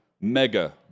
mega